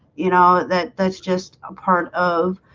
you know, that that's just a part of